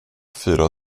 fyra